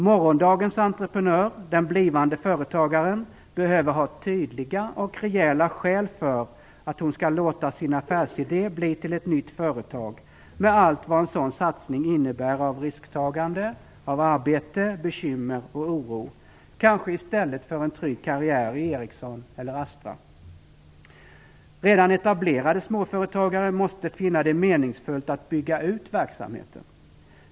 Morgondagens entreprenör, den blivande företagaren, behöver ha tydliga och rejäla skäl för att låta sin affärsidé bli till ett nytt företag, med allt vad en sådan satsning innebär av risktagande, arbete, bekymmer och oro, kanske i stället för en trygg karriär i Redan etablerade småföretagare måste finna det meningsfullt att bygga ut verksamheten.